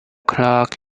clock